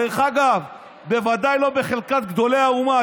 דרך אגב, בוודאי לא בחלקת גדולי האומה.